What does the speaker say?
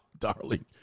darling